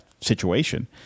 situation